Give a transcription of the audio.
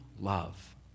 love